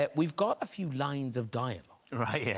and we've got a few lines of dialogue. right, yeah